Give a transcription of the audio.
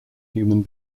human